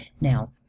Now